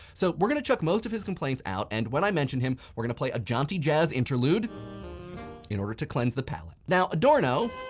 so we're going to chuck most of his complaints out. and when i mention him, we're going to play a jaunty jazz interlude in order to cleanse the palate. now, adorno